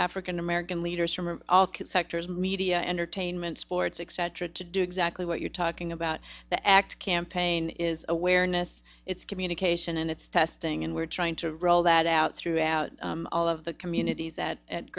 african american leaders from all sectors media entertainment sports eccentric to do exactly what you're talking about the act campaign is awareness it's communication and it's testing and we're trying to roll that out throughout all of the communities that at